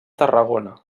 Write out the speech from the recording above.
tarragona